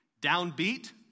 downbeat